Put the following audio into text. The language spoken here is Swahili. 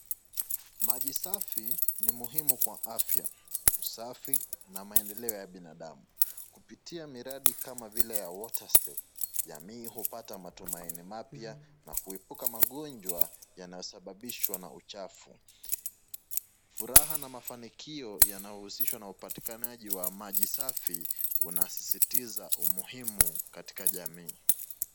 Maji safi ni muhimu kwa afya, usafi na maendeleo ya binadamu. Kupitia miradi kama ile ya WaterStep, jamii hupata matumaini mapya na kuepuka magonjwa yanayosababishwa na uchafu. Furaha na mafanikio yanayohusishwa na upatikanaji wa maji safi unasisitiza umuhimu katika jamii.